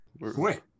wait